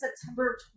September